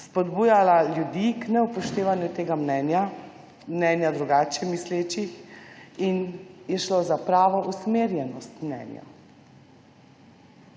spodbujala ljudi k neupoštevanju tega mnenja, mnenja drugače mislečih, in je šlo za pravo usmerjenost mnenja.